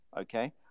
okay